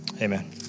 amen